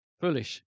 foolish